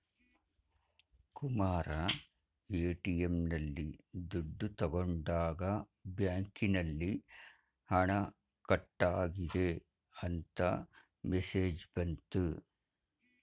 Kumara ATM ನಲ್ಲಿ ದುಡ್ಡು ತಗೊಂಡಾಗ ಬ್ಯಾಂಕಿನಲ್ಲಿ ಹಣ ಕಟ್ಟಾಗಿದೆ ಅಂತ ಮೆಸೇಜ್ ಬಂತು